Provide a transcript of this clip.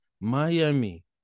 Miami